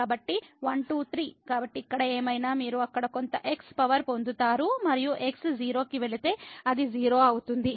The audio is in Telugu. కాబట్టి 1 2 3 కాబట్టి ఇక్కడ ఏమైనా మీరు అక్కడ కొంత x పవర్ పొందుతారు మరియు x 0 కి వెళితే అది 0 అవుతుంది